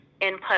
input